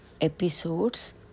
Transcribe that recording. Episodes